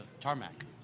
tarmac